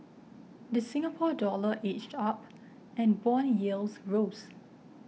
the Singapore Dollar edged up and bond yields rose